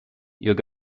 you’re